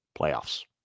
Playoffs